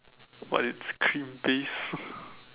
what it's cream based